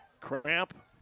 cramp